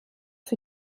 für